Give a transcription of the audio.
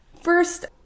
first